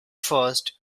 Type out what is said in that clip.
first